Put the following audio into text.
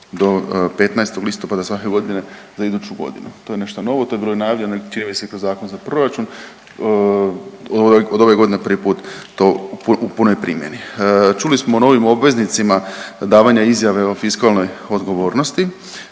do 15. listopada svake godine za iduću godinu. To je nešto novo, to je bilo i najavljeno čini mi se kroz Zakon za proračun od ove godine prvi put to u punoj primjeni. Čuli smo o novim obveznicima davanja izjave o fiskalnoj odgovornosti,